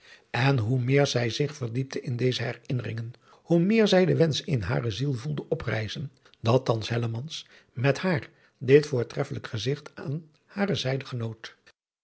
en hoe meer zij zich verdiepte in deze herinnerigen hoe meer zij den wensch in hare ziel voelde oprijzen dat thans hellemans met haar dit voortreffelijk gezigt aan hare zijde genoot